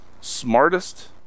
smartest